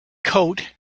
coat